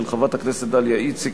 של חברת הכנסת דליה איציק,